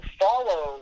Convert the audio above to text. follow